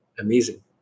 amazing